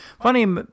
Funny